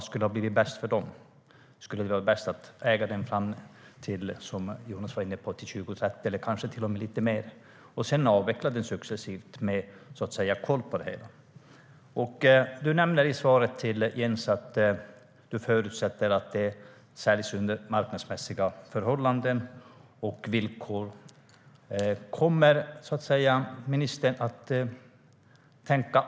Skulle det kanske vara bäst att äga brunkolsverksamheten fram till 2030, som Jonas var inne på, eller kanske till och med lite längre, och sedan avveckla den successivt, med koll på det hela? Mikael Damberg, du nämner i svaret till Jens att du förutsätter att det säljs under marknadsmässiga förhållanden och villkor.